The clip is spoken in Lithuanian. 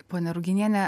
ponia ruginiene